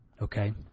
Okay